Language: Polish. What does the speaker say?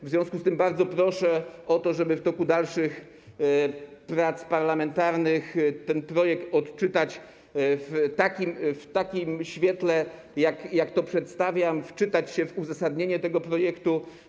W związku z tym bardzo proszę o to, żeby w toku dalszych prac parlamentarnych ten projekt odczytać w takim świetle, w jakim go przedstawiam, wczytać się w uzasadnienie tego projektu.